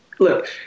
Look